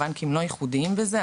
הבנקים לא ייחודיים בזה.